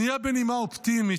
נהיה בנימה אופטימית,